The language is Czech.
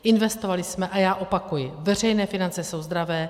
Investovali jsme a já opakuji, veřejné finance jsou zdravé.